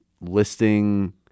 listing